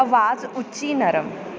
ਆਵਾਜ਼ ਉੱਚੀ ਨਰਮ